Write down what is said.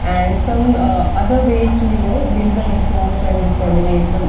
and some other ways to, you know, build the resource and disseminate. so,